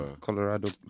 Colorado